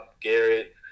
Garrett